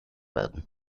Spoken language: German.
werden